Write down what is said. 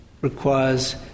requires